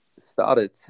started